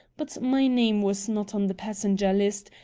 but my name was not on the passenger-list,